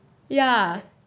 ya